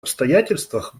обстоятельствах